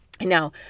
Now